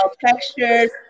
textures